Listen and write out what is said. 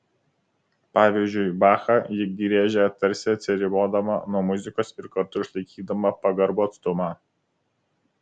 pavyzdžiui bachą ji griežia tarsi atsiribodama nuo muzikos ir kartu išlaikydama pagarbų atstumą